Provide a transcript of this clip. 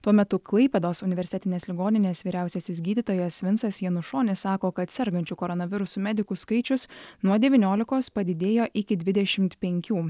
tuo metu klaipėdos universitetinės ligoninės vyriausiasis gydytojas vincas janušonis sako kad sergančių koronavirusu medikų skaičius nuo devyniolikos padidėjo iki dvidešimt penkių